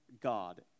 God